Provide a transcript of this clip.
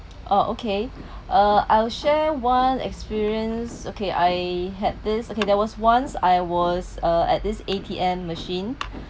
oh okay uh I'll share one experience okay I had this okay there was once I was uh at this A_T_M machine